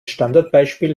standardbeispiel